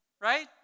right